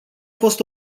fost